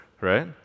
right